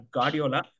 Guardiola